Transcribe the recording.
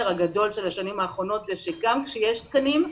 הגדול של השנים האחרונות הוא שגם כשיש תקנים,